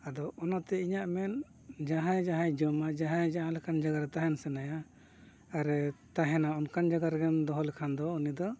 ᱟᱫᱚ ᱚᱱᱟᱛᱮ ᱤᱧᱟᱹᱜ ᱢᱮᱱ ᱡᱟᱦᱟᱸᱭ ᱡᱟᱦᱟᱸᱭ ᱡᱚᱢᱟ ᱡᱟᱦᱟᱸᱭ ᱡᱟᱦᱟᱸ ᱞᱮᱠᱟᱱ ᱡᱟᱭᱜᱟᱨᱮ ᱛᱟᱦᱮᱱ ᱥᱟᱱᱟᱭᱮᱭᱟ ᱟᱨᱮ ᱛᱟᱦᱮᱱᱟ ᱚᱱᱠᱟᱱ ᱡᱟᱭᱜᱟ ᱨᱮᱜᱮᱢ ᱫᱚᱦᱚ ᱞᱮᱠᱷᱟᱱ ᱫᱚ ᱩᱱᱤᱫᱚ